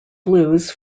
blues